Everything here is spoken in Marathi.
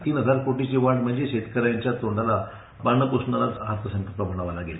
तीन हजार कोटींची वाढ म्हणजे शेतकऱ्यांच्या तोंडाला पानं प्रसणारा अर्थसंकल्प म्हणावा लागेल